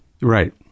Right